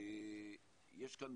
יש כאן,